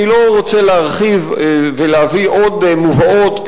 אני לא רוצה להרחיב ולהביא עוד מובאות,